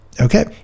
Okay